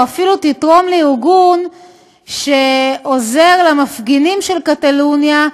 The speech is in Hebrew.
או אפילו תתרום לארגון שעוזר למפגינים של קטלוניה,